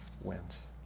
wins